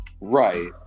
right